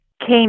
came